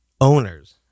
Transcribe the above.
owners